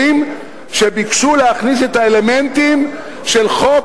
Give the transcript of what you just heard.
שביקשו להכניס את האלמנטים של חוק